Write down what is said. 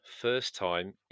first-time